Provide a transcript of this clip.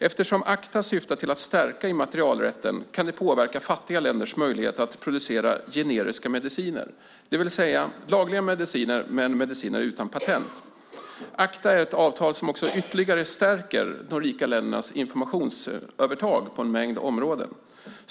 Eftersom ACTA syftar till att stärka immaterialrätten kan det påverka fattiga länders möjligheter att producera generiska mediciner, det vill säga lagliga mediciner som är utan patent. ACTA är ett avtal som ytterligare stärker de rika ländernas informationsövertag på en mängd områden.